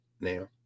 now